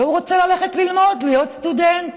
והוא רוצה ללכת ללמוד, להיות סטודנט.